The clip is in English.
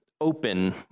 open